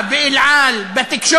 ב"אל על", גם ב"אל על".